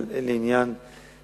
אבל אין לי עניין לחדד,